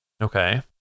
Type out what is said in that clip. Okay